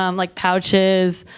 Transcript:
um like pouches,